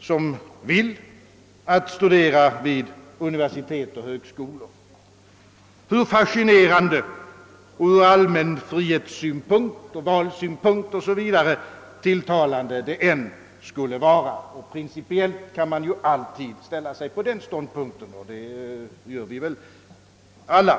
som vill att studera vid universitet och högskolor, hur fascinerande och ur allmän frihetsoch valsynpunkt tilltalande det än skulle vara; principiellt kan man alltid ställa sig på den ståndpunkten, och det gör vi väl alla.